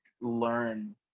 learn